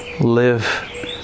live